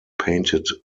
painted